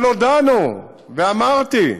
אבל הודענו, ואמרתי: